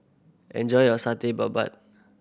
enjoy your babat